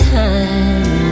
time